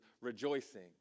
rejoicing